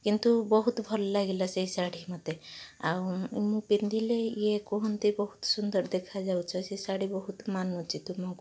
କିନ୍ତୁ ବହୁତ ଭଲ ଲାଗିଲା ସେ ଶାଢ଼ୀ ମୋତେ ଆଉ ମୁଁ ପିନ୍ଧିଲେ ଇଏ କୁହନ୍ତି ବହୁତ ସୁନ୍ଦର ଦେଖାଯାଉଛ ସେ ଶାଢ଼ୀ ବହୁତ ମାନୁଛି ତୁମକୁ